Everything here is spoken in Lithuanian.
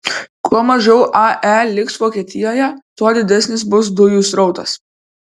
kuo mažiau ae liks vokietijoje tuo didesnis bus dujų srautas